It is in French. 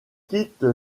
quitte